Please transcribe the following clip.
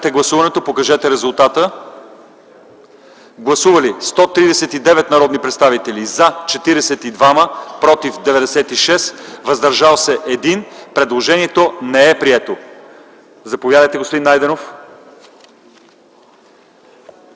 Гласували 139 народни представители: за 42, против 96, въздържал се 1. Предложението не е прието. Заповядайте, господин Найденов.